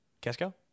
Casco